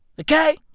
Okay